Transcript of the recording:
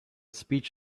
speech